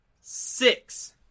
six